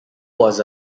was